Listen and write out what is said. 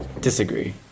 Disagree